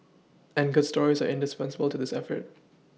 and good stories are indispensable to this effort